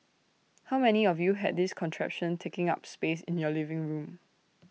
how many of you had this contraption taking up space in your living room